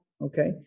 Okay